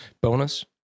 bonus